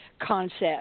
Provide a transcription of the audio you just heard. concept